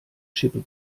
schippe